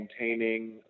maintaining